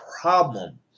problem